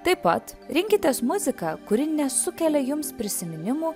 taip pat rinkitės muziką kuri nesukelia jums prisiminimų